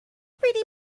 pretty